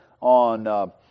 on